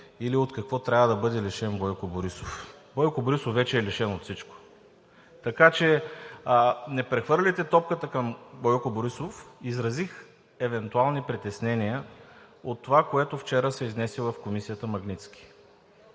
или от какво трябва да бъде лишен Бойко Борисов. Бойко Борисов вече е лишен от всичко, така че не прехвърляйте топката към Бойко Борисов. Изразих евентуални притеснения от това, което вчера се изнесе в Комисията „Магнитски“.